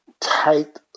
tight